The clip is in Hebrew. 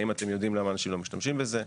האם אתם יודעים למה אנשים לא משתמשים בזה?